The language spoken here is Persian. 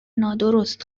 نادرست